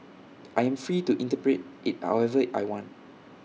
I am free to interpret IT however I want